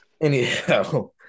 Anyhow